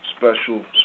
Special